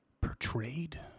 portrayed